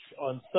on